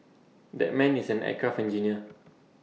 that man is an aircraft engineer